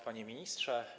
Panie Ministrze!